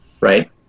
right